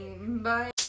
Bye